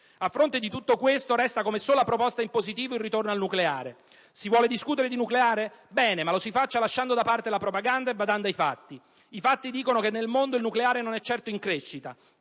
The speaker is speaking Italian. A fronte di tutto questo, resta come sola proposta in positivo il ritorno al nucleare. Si vuole discutere di nucleare? Bene, ma lo si faccia lasciando da parte la propaganda e badando ai fatti. I fatti dicono che nel mondo il nucleare non è certo in crescita.